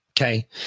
Okay